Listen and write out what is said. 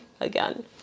again